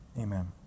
amen